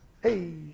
Hey